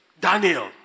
Daniel